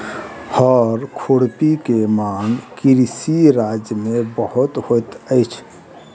हअर खुरपी के मांग कृषि राज्य में बहुत होइत अछि